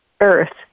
earth